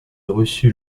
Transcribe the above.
reçut